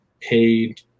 paid –